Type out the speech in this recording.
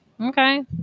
Okay